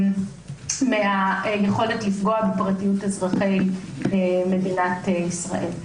מהיכולת לפגוע בפרטיות אזרחי מדינת ישראל.